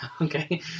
okay